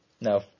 no